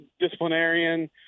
disciplinarian